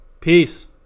Peace